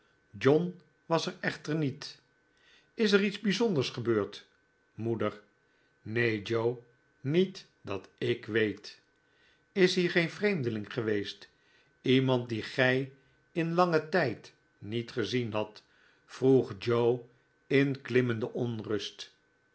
john was er echter niet is er iets bijzonders gebeurd moeder neen joe niet dat ik weet is hier geen vreeradeling geweest iemand dien gij in langen tijd niet gezien hadt vroeg joe in klimmende onrust